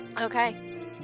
Okay